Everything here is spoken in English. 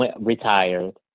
retired